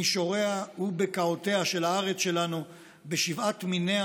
מישוריה ובקעותיה של הארץ שלנו בשבעת מיניה